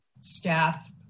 staff